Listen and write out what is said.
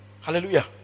Hallelujah